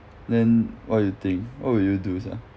then what you think what would you do sia